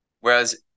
Whereas